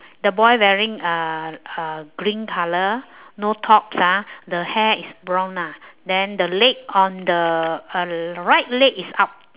the boy wearing uh uh green colour no tops ah the hair is blonde lah then the leg on the uh right leg is up